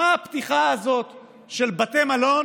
מה הפתיחה הזאת של בתי מלון